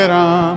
Ram